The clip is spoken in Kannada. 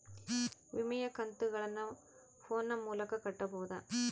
ವಿಮೆಯ ಕಂತುಗಳನ್ನ ಫೋನ್ ಮೂಲಕ ಕಟ್ಟಬಹುದಾ?